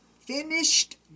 finished